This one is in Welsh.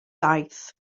daeth